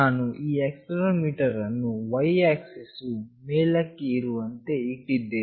ನಾನು ಆಕ್ಸೆಲೆರೋಮೀಟರ್ ಅನ್ನು y axis ವು ಮೇಲಕ್ಕೆ ಇರುವಂತೆ ಇಟ್ಟಿದ್ದೇನೆ